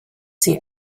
see